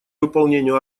выполнению